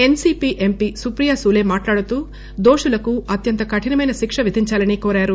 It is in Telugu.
ఎన్సీపీ ఎంపీ సుప్రియా సూలె మాట్లాడుతూ దోషులకు అత్యంత కఠినమైన శిక్ష విధించాలని కోరారు